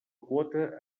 quota